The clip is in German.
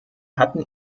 hatten